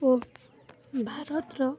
ଓ ଭାରତର